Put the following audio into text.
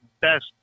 best